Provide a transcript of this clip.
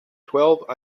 twelve